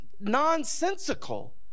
nonsensical